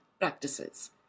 practices